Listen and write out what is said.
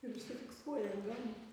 ir užsifiksuoja ilgam